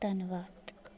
धन्नबाद